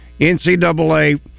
NCAA